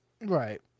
Right